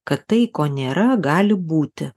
kad tai ko nėra gali būti